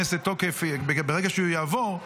ברגע שהוא יעבור,